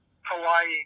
Hawaii